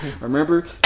Remember